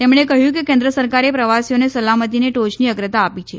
તેમણે કહ્યું કે કેન્દ્ર સરકારે પ્રવાસીઓની સલામતીને ટોચની અગ્રતા આપી છે